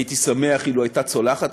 הייתי שמח אילו הייתה צולחת.